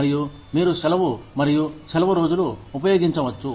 మరియు మీరు సెలవు మరియు సెలవు రోజులు ఉపయోగించవచ్చు